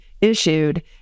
issued